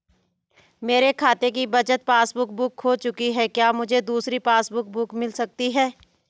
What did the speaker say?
मेरे खाते की बचत पासबुक बुक खो चुकी है क्या मुझे दूसरी पासबुक बुक मिल सकती है?